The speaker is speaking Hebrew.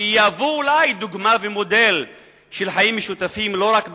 שיהוו אולי דוגמה ומודל של חיים משותפים לא רק באזורנו,